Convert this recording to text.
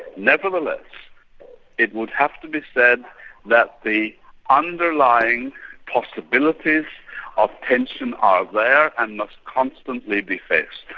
nevertheless it would have to be said that the underlying possibilities of tension are there and must constantly be faced.